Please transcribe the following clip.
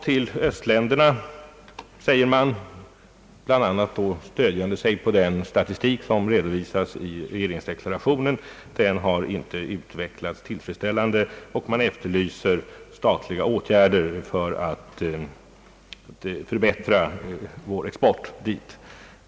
Man framhåller — bl.a. stödjande sig på den statistik som redovisas i regeringsdeklarationen — att vår export till östländerna inte har ökat på ett tillfredsställande sätt, och man efterlyser statliga åtgärder för att förbättra vår export på detta håll.